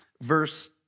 verse